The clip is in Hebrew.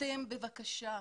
בבקשה,